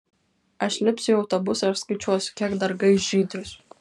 aš lipsiu į autobusą ir skaičiuosiu kiek dar gaiš žydrius